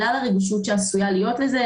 בגלל הרגישות שעשויה להיות לזה,